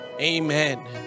Amen